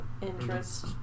interest